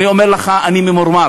אני אומר לך, אני ממורמר.